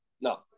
No